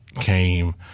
came